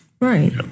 Right